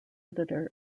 editor